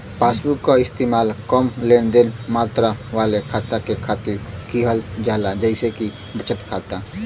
passbook क इस्तेमाल कम लेनदेन मात्रा वाले खाता के खातिर किहल जाला जइसे कि बचत खाता